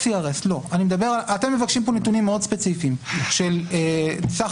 לא CRS. אתם מבקשים פה נתונים מאוד ספציפיים של סך